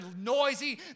noisy